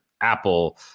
Apple